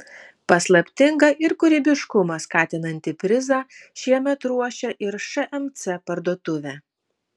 paslaptingą ir kūrybiškumą skatinantį prizą šiemet ruošia ir šmc parduotuvė